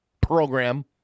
program